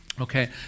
okay